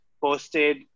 posted